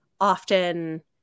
often